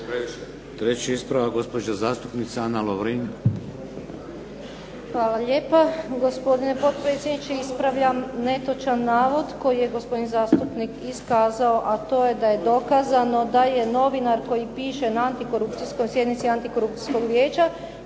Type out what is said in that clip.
Treći ispravak. Gospođa zastupnica Ana Lovrin. **Lovrin, Ana (HDZ)** Hvala lijepo gospodine potpredsjedniče. Ispravljam netočan navod koji je gospodin zastupnik iskazao, a to je da je dokazano da je novinar koji piše na sjednici antikorupcijskog vijeća